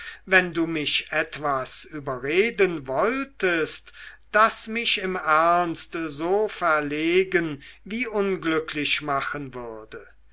wenn du mich etwas überreden wolltest das mich im ernst so verlegen wie unglücklich machen würde